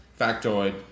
factoid